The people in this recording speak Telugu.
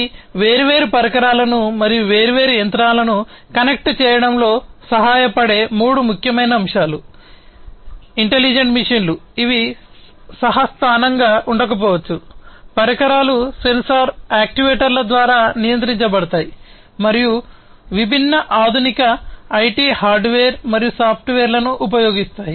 ఇవి వేర్వేరు పరికరాలను మరియు వేర్వేరు యంత్రాలను కనెక్ట్ చేయడంలో సహాయపడే మూడు ముఖ్యమైన అంశాలు ఇంటెలిజెంట్ మెషీన్లు ఇవి సహ స్థానంగా ఉండకపోవచ్చు పరికరాలు సెన్సార్ యాక్యుయేటర్ల ద్వారా నియంత్రించబడతాయి మరియు విభిన్న ఆధునిక ఐటి హార్డ్వేర్ మరియు సాఫ్ట్వేర్లను ఉపయోగిస్తాయి